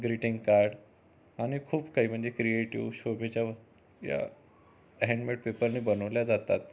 greeting card आणि खूप काही म्हणजे क्रिएटिव शोभेच्या वस्तू या हँडमेड पेपरने बनवल्या जातात